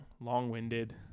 long-winded